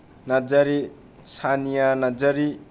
Narzary Sania Narzary